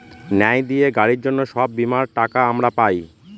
ন্যায় দিয়ে গাড়ির জন্য সব বীমার টাকা আমরা পাই